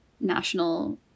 national